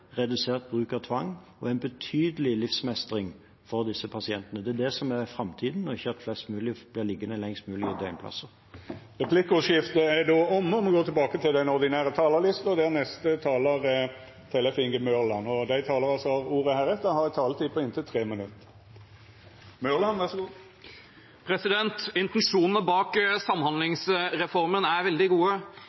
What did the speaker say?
redusert bruk av tvang og en betydelig livsmestring for disse pasientene. Det er det som er framtiden, og ikke at flest mulig blir liggende lengst mulig på døgnplasser. Replikkordskiftet er omme. Dei talarane som heretter får ordet, har også ei taletid på inntil 3 minutt. Intensjonene bak samhandlingsreformen er veldig gode. Jeg tror veldig mange ønsker å kunne bli behandlet raskt og riktig nær der de bor, i kommunen sin, når det er